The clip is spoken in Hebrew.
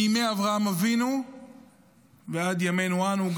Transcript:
מימי אברהם אבינו ועד ימינו אנו.